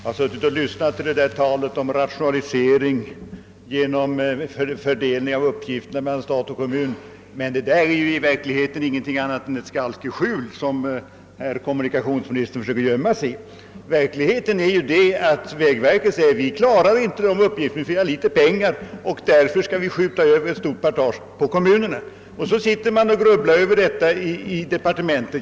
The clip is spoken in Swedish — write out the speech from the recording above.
Herr talman! Detta tal om rationalisering genom omfördelning av uppgifterna mellan stat och kommun är i verkligheten ingenting annat än ett skalkeskjul som kommunikationsministern försöker gömma sig i. Vägverket säger att det inte klarar sina uppgifter, eftersom det har för litet pengar, och att en stor partage därför måste skjutas över på kommunerna.